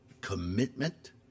commitment